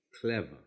Clever